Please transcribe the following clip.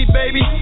baby